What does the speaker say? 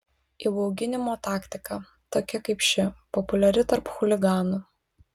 įbauginimo taktika tokia kaip ši populiari tarp chuliganų